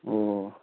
ꯑꯣ